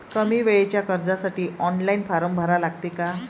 कमी वेळेच्या कर्जासाठी ऑनलाईन फारम भरा लागते का?